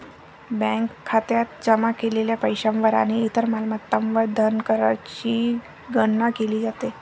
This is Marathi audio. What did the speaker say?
बँक खात्यात जमा केलेल्या पैशावर आणि इतर मालमत्तांवर धनकरची गणना केली जाते